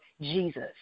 Jesus